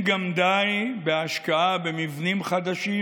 גם לא די בהשקעה במבנים חדשים,